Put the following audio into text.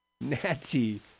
Natty